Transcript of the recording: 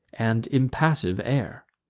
and impassive air.